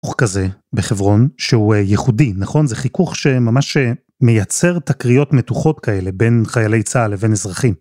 חיכוך כזה בחברון שהוא ייחודי נכון זה חיכוך שממש מייצר תקריות מתוחות כאלה בין חיילי צה"ל לבין אזרחים.